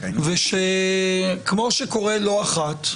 וכמו שקורה לא אחת,